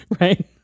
Right